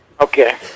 Okay